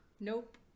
Nope